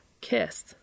kiss